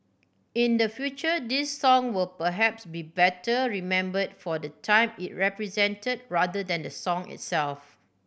in the future this song will perhaps be better remembered for the time it represented rather than the song itself